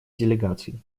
делегаций